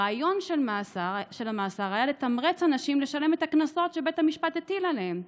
הרעיון של המאסר היה לתמרץ אנשים לשלם את הקנסות שבית המשפט הטיל עליהם,